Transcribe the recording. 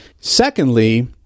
Secondly